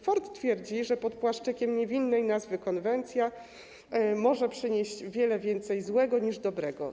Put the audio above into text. Forte twierdzi, że pod płaszczykiem niewinnej nazwy „konwencja” może przynieść o wiele więcej złego niż dobrego.